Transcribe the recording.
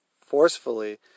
forcefully